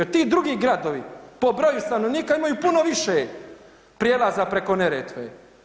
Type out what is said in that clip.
Ti drugi gradovi po broju stanovnika imaju puno više prijelaza preko Neretve.